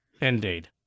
Indeed